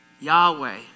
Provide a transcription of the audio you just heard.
Yahweh